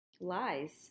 Lies